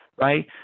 right